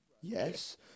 yes